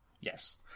Yes